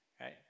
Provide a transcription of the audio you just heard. right